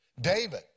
David